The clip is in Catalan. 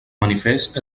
manifest